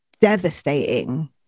devastating